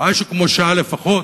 משהו כמו שעה לפחות.